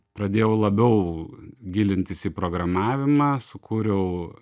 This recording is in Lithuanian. pradėjau labiau gilintis į programavimą sukūriau